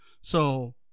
So-